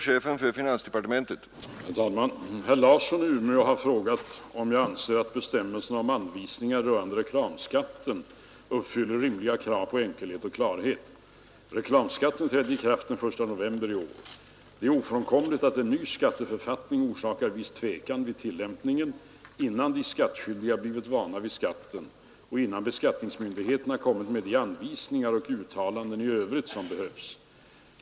Herr talman! Herr Larsson i Umeå har frågat mig om jag anser att bestämmelserna och anvisningarna rörande reklamskatten uppfyller rimliga krav på enkelhet och klarhet. Reklamskatten trädde i kraft den 1 november i år. Det är ofrånkomligt att en ny skatteförfattning orsakar viss tvekan vid tillämpningen innan de skattskyldiga blivit vana vid skatten och innan beskattningsmyndigheterna kommit med de anvisningar och uttalanden i övrigt som behövs.